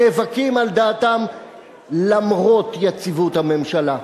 נאבקים על דעתם למרות יציבות הממשלה.